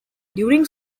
during